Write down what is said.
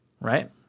Right